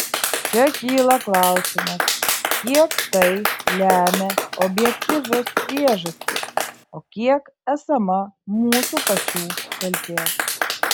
čia kyla klausimas kiek tai lemia objektyvios priežastys o kiek esama mūsų pačių kaltės